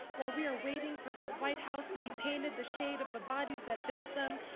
while we are waiting for that white house to be painted the shade of the bodies that built them.